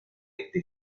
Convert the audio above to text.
este